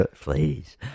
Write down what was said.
Please